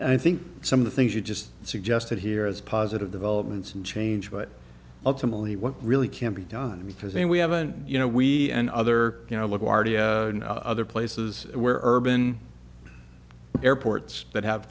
i think some of the things you just suggested here is positive developments and change but ultimately what really can be done because i mean we haven't you know we and other you know look at other places where urban airports that have